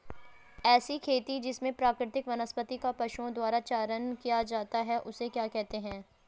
ऐसी खेती जिसमें प्राकृतिक वनस्पति का पशुओं द्वारा चारण किया जाता है उसे क्या कहते हैं?